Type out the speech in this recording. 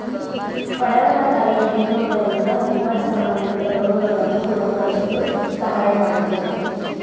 ಪಡವಲಕಾಯಿ ತಿನ್ನುವುದರಿಂದ ಲಿವರ್ ಸಂಬಂಧಿ ರೋಗಗಳನ್ನು ಗುಣಪಡಿಸಲು ಸಹಾಯ ಮಾಡತ್ತದೆ